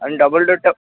double ডোরটা